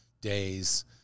days